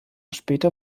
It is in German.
später